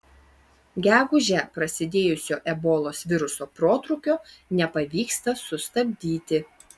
gegužę prasidėjusio ebolos viruso protrūkio nepavyksta sustabdyti